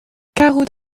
karout